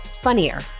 funnier